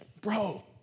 bro